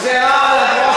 אדוני,